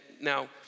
now